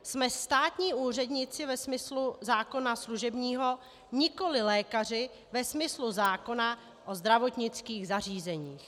Jsme státní úředníci ve smyslu služebního zákona, nikoli lékaři ve smyslu zákona o zdravotnických zařízeních.